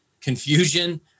confusion